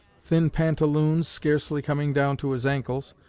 thin pantaloons scarcely coming down to his ankles,